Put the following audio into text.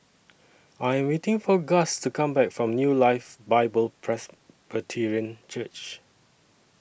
I Am waiting For Gus to Come Back from New Life Bible Presbyterian Church